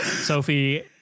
Sophie